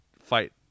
fight